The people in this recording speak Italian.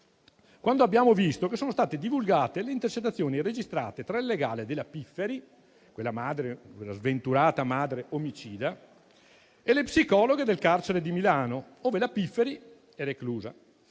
quando abbiamo visto che sono state divulgate le intercettazioni registrate tra il legale della Pifferi (quella sventurata madre omicida) e le psicologhe del carcere di Milano ove la Pifferi è reclusa,